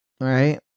right